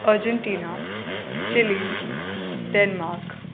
Argentina Chile Denmark